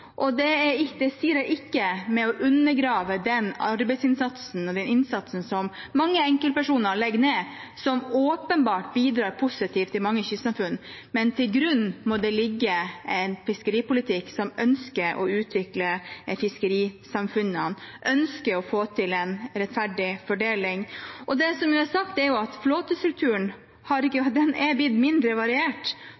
Det sier jeg ikke for å undergrave den arbeidsinnsatsen og den innsatsen som mange enkeltpersoner legger ned, som åpenbart bidrar positivt i mange kystsamfunn, men til grunn må det ligge en fiskeripolitikk der man ønsker å utvikle fiskerisamfunnene, ønsker å få til en rettferdig fordeling. Det som er sagt, er at flåtestrukturen er blitt mindre variert. Fartøyene har